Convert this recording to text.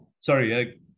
Sorry